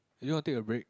you want to take a break